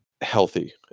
healthy